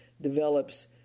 develops